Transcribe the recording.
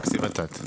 תקציב ות"ת.